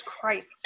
Christ